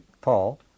Paul